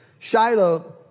Shiloh